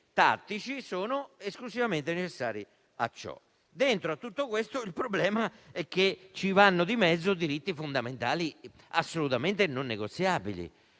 tattici sono esclusivamente necessari a ciò. In tutto questo, il problema è che ci vanno di mezzo diritti fondamentali assolutamente non negoziabili.